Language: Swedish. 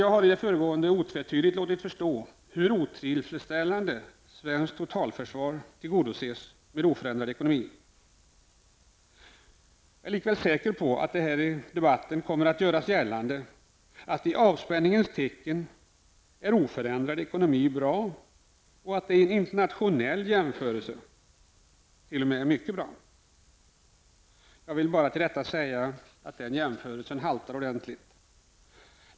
Jag har i det föregående otvetydigt låtit förstå hur otillfredsställande svenskt totalförsvar tillgodoses med oförändrad ekonomi. Jag är säker på att det här i debatten kommer att göras gällande att i avspänningens tecken är oförändrad ekonomi bra och att det vid i en internationell jämförelse t.o.m. är mycket bra. Till det vill jag bara säga att jämförelsen haltar.